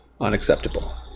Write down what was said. Unacceptable